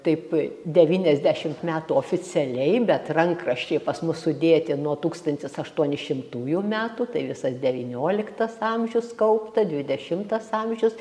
taip devyniasdešimt metų oficialiai bet rankraščiai pas mus sudėti nuo tūkstantis aštuoni šimtųjų metų tai visas devynioliktas amžius kaupta dvidešimtas amžius